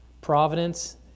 Providence